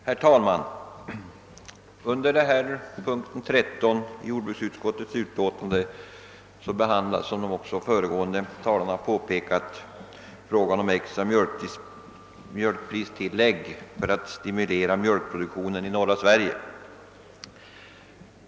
Herr talman! Under denna punkt behandlas, som de föregående talarna påpekat, frågan om det extra mjölkpristillägget för att stimulera mjölkproduktionen i norra Sverige.